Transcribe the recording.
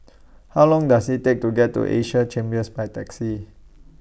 How Long Does IT Take to get to Asia Chambers By Taxi